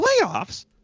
playoffs